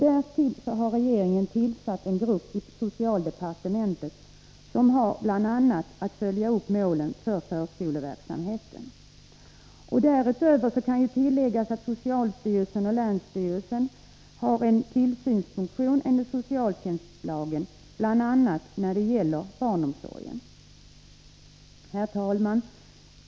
Därtill har regeringen tillsatt en grupp i socialdepartementet som har till uppgift bl.a. att följa upp målen för förskoleverksamheten. Därutöver kan tilläggas att socialstyrelsen och länsstyrelsen har en tillsynsfunktion enligt socialtjänstlagen, bl.a. när det gäller barnomsorgen. Herr talman!